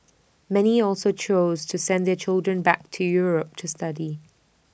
many also chose to send their children back to Europe to study